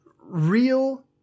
real